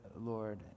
Lord